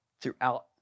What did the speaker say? throughout